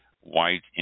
white